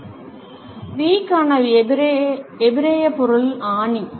ஐப் பார்க்கவும்எழுத்தின் V க்கான எபிரேயபொருள் ஆணி